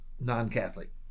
non-Catholic